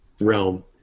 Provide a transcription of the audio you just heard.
realm